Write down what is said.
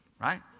Right